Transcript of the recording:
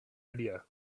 idea